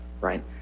right